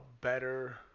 better